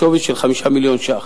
בשווי של 5 מיליון שקל,